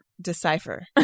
decipher